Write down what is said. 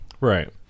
Right